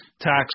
tax